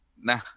nah